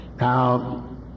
Now